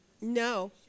No